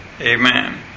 Amen